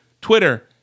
Twitter